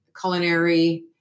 Culinary